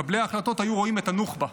מקבלי ההחלטות היו רואים את הנוח'בה.